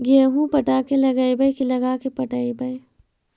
गेहूं पटा के लगइबै की लगा के पटइबै?